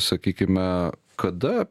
sakykime kada